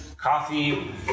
coffee